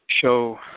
show